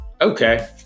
Okay